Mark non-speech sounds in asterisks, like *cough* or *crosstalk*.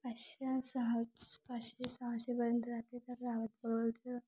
पाचशे सहा पाचशे सहाशे पर्यंत राहते तर *unintelligible*